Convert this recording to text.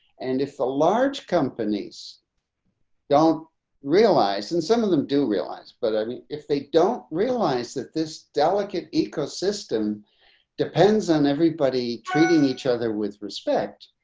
and if the large companies don't realize and some of them do realize, but i mean, if they don't realize that this delicate ecosystem depends on everybody treating each other with respect,